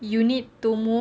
you need to move